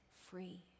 free